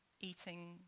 eating